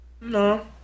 no